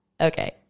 Okay